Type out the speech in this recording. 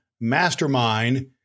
Mastermind